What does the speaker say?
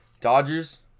Dodgers